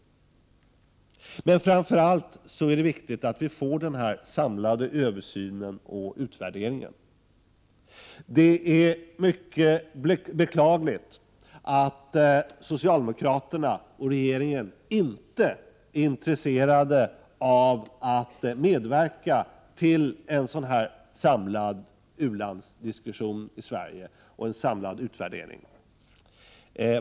Framför allt är det viktigt att vi får en samlad översyn och utvärdering. Det är mycket beklagligt att socialdemokraterna och regeringen inte är intresserade av att medverka till en sådan samlad u-landsdiskussion i Sverige och en samlad utvärdering.